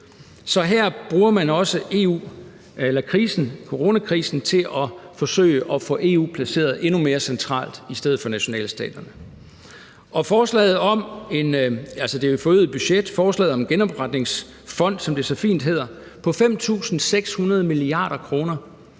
Her bruger man også coronakrisen til at forsøge at få EU placeret endnu mere centralt i stedet for nationalstaterne. I forhold til forslaget om – altså det forøgede